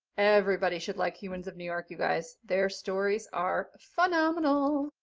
everybody should like humans of new york, you guys, their stories are phenomenal.